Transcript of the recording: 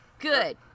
Good